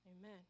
Amen